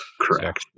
Correct